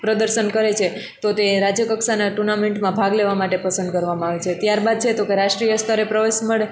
પ્રદર્શન કરે છે તો તે રાજ્ય કક્ષાના ટુર્નામેંટમાં ભાગ લેવા માટે પસંદ કરવામાં આવે છે ત્યારબાદ છે તો કે રાષ્ટ્રિય સ્તરે પ્રવેશ મળે